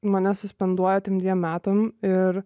mane suspenduoja ten dviem metam ir